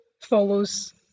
follows